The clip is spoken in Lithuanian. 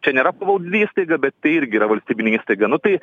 čia nėra pavaldi įstaiga bet tai irgi yra valstybinė įstaiga nu tai